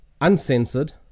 uncensored